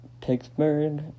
Pittsburgh